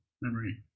memory